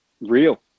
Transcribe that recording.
real